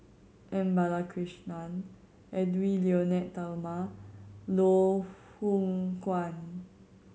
M Balakrishnan Edwy Lyonet Talma Loh Hoong Kwan